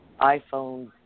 iPhone